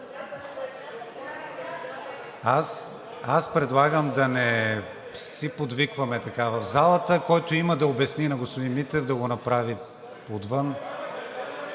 Аз предлагам да не си подвикваме така в залата. Който има да обясни на господин Митев, да го направи отвън.